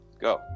Go